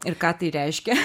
ir ką tai reiškia